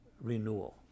renewal